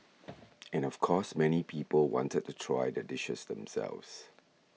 and of course many people wanted to try the dishes themselves